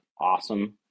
awesome